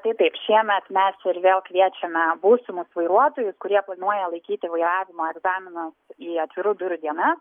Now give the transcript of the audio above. tai taip šiemet mes ir vėl kviečiame būsimus vairuotojus kurie planuoja laikyti vairavimo egzaminą į atvirų durų dienas